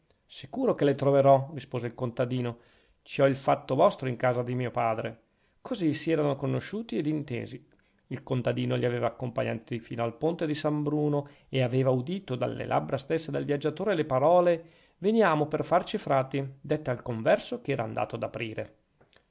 sicuro che le troverò rispose il contadino ci ho il fatto vostro in casa di mio padre così si erano conosciuti ed intesi il contadino li aveva accompagnati fino al ponte di san bruno e aveva udito dalle labbra stesse del viaggiatore le parole veniamo per farci frati dette al converso che era andato ad aprire